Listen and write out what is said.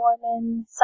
Mormon